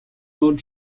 not